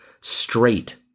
straight